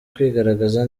kwigaragaza